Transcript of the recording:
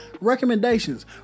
Recommendations